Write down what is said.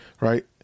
right